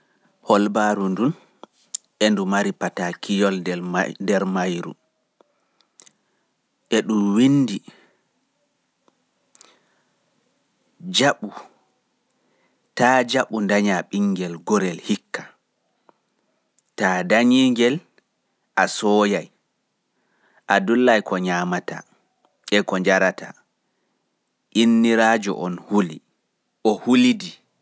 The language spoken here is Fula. Holbaaru ndun e ndu mari patakiyol nder mairu; "ta jaɓu ndanya ɓingel gorel hikka",ta danyiingel a sooyay ndulla ko nyaamata e ko njarata. Inniraajo on o huli o hulidi.